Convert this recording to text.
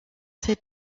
sait